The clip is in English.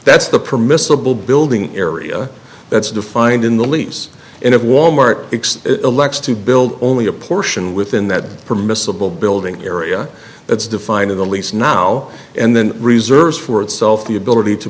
that's the permissible building area that's defined in the lease in of wal mart x elects to build only a portion within that permissible building area that's defined in the lease now and then reserves for itself the ability to